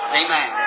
amen